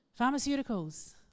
Pharmaceuticals